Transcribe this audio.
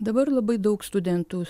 dabar labai daug studentų